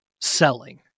selling